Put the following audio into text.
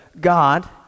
God